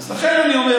אז לכן אני אומר,